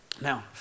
Now